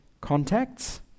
contacts